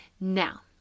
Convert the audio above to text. Now